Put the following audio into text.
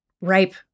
ripe